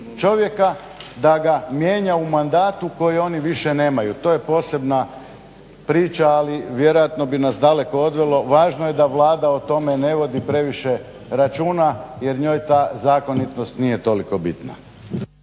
čovjeka da ga mijenja u mandatu koji oni više nemaju. To je posebna priča, ali vjerojatno bi nas daleko odvelo. Važno je da Vlada o tome ne vodi previše računa jer njoj ta zakonitost nije toliko bitna.